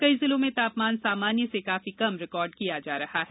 कई जिलों में तापमान सामान्य से काफी कम रिकार्ड किया जा रहा है